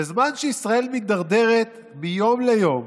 בזמן שישראל מידרדרת מיום ליום,